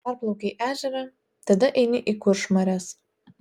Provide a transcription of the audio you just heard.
perplaukei ežerą tada eini į kuršmares